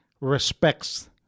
respects